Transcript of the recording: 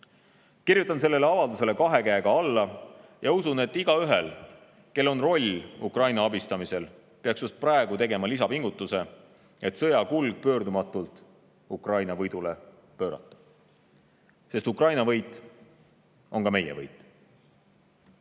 Kirjutan sellele avaldusele kahe käega alla ja usun, et igaüks, kellel on roll Ukraina abistamisel, peaks just praegu tegema lisapingutuse, et sõja kulg pöördumatult Ukraina võidule pöörata. Sest Ukraina võit on meie võit.